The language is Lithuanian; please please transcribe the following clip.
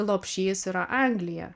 lopšys yra anglija